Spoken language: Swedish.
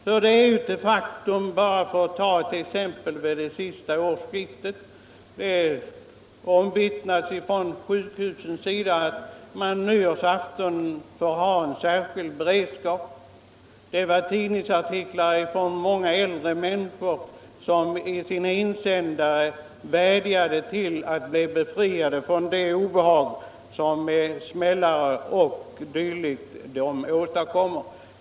För att ta bara ett exempel vill jag nämna LL att vid det senaste årsskiftet omvittnades det att sjukhusen på nyårsafton — Krigsmaterielindumåste ha en särskild beredskap. Många äldre människor har i insändare = strin i tidningar vädjat om att slippa det obehag som smällare och dylikt åstadkommer.